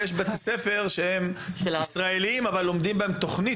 ויש בתי ספר שהם ישראלים אבל לומדים בהם תוכנית